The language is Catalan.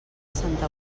santa